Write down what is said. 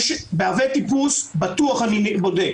באבי-טיפוס בטוח שאני בודק.